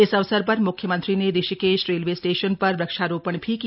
इस अवसर पर म्ख्यमंत्री ने ऋषिकेश रेलवे स्टेशन पर वृक्षारोपण भी किया